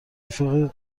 رفیق